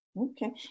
Okay